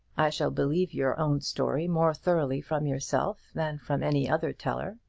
i shall believe your own story more thoroughly from yourself than from any other teller.